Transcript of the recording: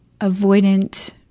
avoidant